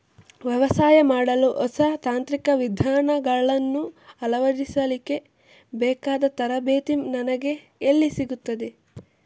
ವ್ಯವಸಾಯ ಮಾಡಲು ಹೊಸ ತಾಂತ್ರಿಕ ವಿಧಾನಗಳನ್ನು ಅಳವಡಿಸಲಿಕ್ಕೆ ಬೇಕಾದ ತರಬೇತಿ ನನಗೆ ಎಲ್ಲಿ ಸಿಗುತ್ತದೆ?